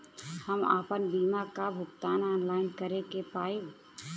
हम आपन बीमा क भुगतान ऑनलाइन कर पाईब?